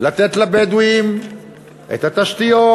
לתת לבדואים את התשתיות,